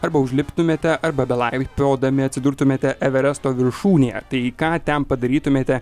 arba užliptumėte arba belaipiodami atsidurtumėte everesto viršūnėje tai ką ten padarytumėte